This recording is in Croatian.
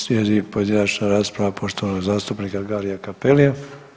Slijedi pojedinačna rasprava poštovanog zastupnika Garija Cappellija.